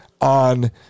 on